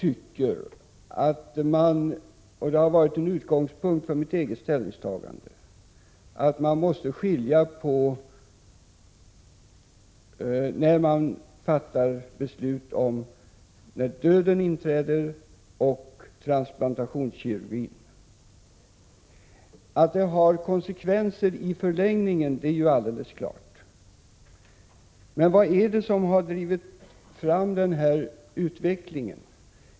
Det har varit en utgångspunkt för mitt eget ställningstagande att man måste skilja på ett beslut om när döden inträder och transplantationskirurgin. Att beslutet har konsekvenser i förlängningen är ju alldeles klart. Men vad är det som har drivit fram denna utveckling?